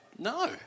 No